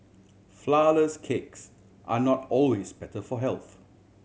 flourless cakes are not always better for health